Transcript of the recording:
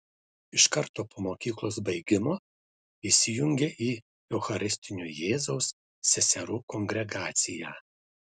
iš karto po mokyklos baigimo įsijungė į eucharistinio jėzaus seserų kongregaciją